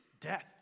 death